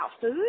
food